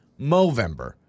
Movember